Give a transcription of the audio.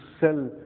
sell